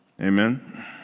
Amen